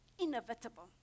Inevitable